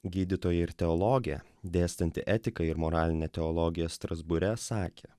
gydytoja ir teologė dėstanti etiką ir moraline teologija strasbūre sakė